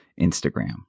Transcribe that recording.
Instagram